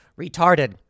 retarded